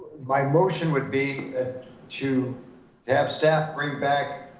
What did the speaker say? my motion would be to have staff bring back